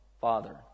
Father